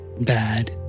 bad